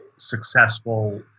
successful